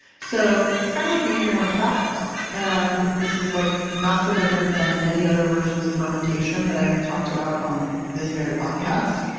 so it's kind of like making your own tabasco sauce and this is like not so different than many other versions of fermentation that i have talked about on this very podcast,